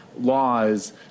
laws